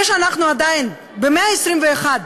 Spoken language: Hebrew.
זה שאנחנו עדיין, במאה ה-21,